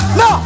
no